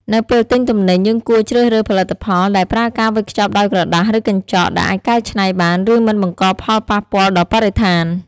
នៅពេលទិញទំនិញ យើងគួរជ្រើសរើសផលិតផលដែលប្រើការវេចខ្ចប់ដោយក្រដាស ឬកញ្ចក់ ដែលអាចកែច្នៃបាន ឬមិនបង្កផលប៉ះពាល់ដល់បរិស្ថាន។